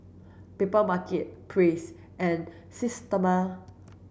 Papermarket Praise and Systema